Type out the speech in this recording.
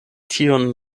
tiun